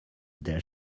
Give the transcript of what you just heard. their